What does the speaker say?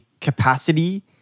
capacity